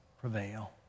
prevail